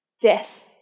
death